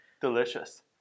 Delicious